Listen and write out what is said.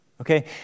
Okay